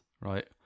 right